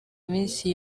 minsi